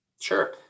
Sure